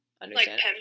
understand